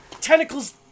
tentacles